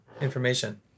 information